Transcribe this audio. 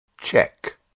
Check